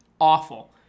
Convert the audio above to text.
awful